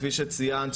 כפי שציינת,